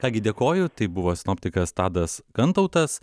ką gi dėkoju tai buvo sinoptikas tadas kantautas